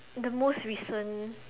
the most recent